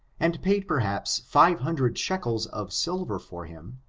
and paid, perhaps, five hundred shekels of silver for him,